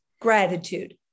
gratitude